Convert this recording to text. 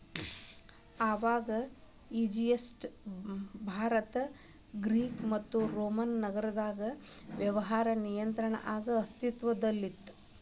ಆವಾಗ Egypt Bharat Greek ಮತ್ತು Roman ನಾಗರದಾಗ ವ್ಯವಹಾರಗಳ ನಿಯಂತ್ರಣ ಆಗ ಅಸ್ತಿತ್ವದಲ್ಲಿತ್ತ